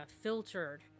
filtered